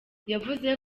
yavuze